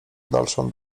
dalszą